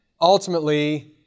ultimately